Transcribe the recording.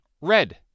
red